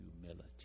humility